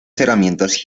herramientas